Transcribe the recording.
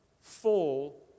full